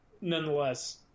Nonetheless